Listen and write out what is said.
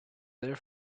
there